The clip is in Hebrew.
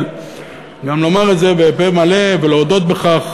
אבל גם לומר את זה בפה מלא ולהודות בכך?